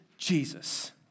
Jesus